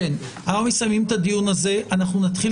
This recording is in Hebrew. ועוברים לדיון הבא.